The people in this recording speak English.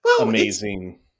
amazing